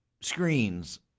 screens